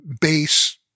base